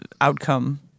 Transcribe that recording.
outcome